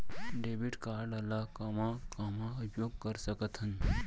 Debit card ला कामा कामा उपयोग कर सकथन?